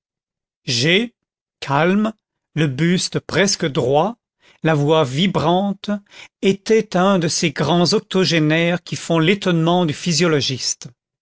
g calme le buste presque droit la voix vibrante était un de ces grands octogénaires qui font l'étonnement du physiologiste